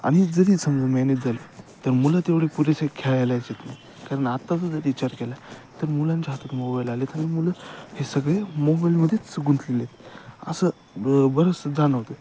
आणि जरी समजा मॅनेज झालं तर मुलं तेवढे पुरेसे खेळायलाच येत नाही कारण आत्ता ज जर विचार केला तर मुलांच्या हातात मोबाईल आले आहेत आणि मुलं हे सगळे मोबाईलमध्येेच गुंतलेले आहेत असं बरंच जाणवतं आहे